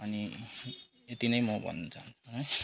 अनि यति नै म भन्न चाहन्छु है